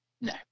No